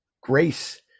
grace